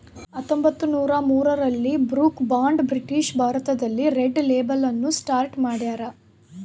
ಹತ್ತೊಂಬತ್ತುನೂರ ಮೂರರಲ್ಲಿ Brooke Bond British ಭಾರತದಲ್ಲಿ ರೆಡ್ ಲೇಬಲ್ ಅನ್ನು ಸ್ಟಾರ್ಟ್ ಮಾಡ್ಯಾರ